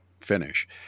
finish